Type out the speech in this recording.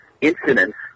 incidents